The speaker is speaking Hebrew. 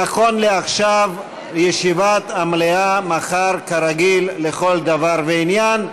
נכון לעכשיו ישיבת המליאה תתקיים מחר כרגיל לכל דבר ועניין.